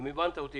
האם הבנת אותי?